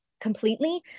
completely